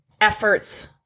efforts